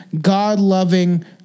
God-loving